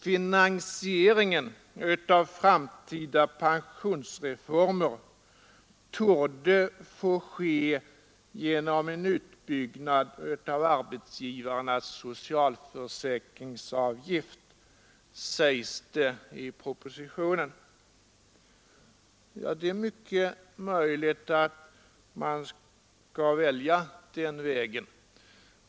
Finansieringen av framtida pensionsreformer ”torde få ske genom en utbyggnad av arbetsgivarnas socialförsäkringsavgift”, heter det. Det är mycket möjligt att man skall välja den vägen.